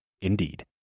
Indeed